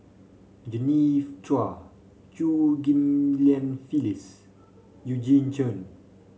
Genevieve Chua Chew Ghim Lian Phyllis Eugene Chen